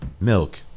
milk